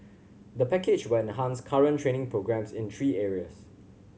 the package will enhance current training programmes in three areas